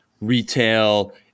retail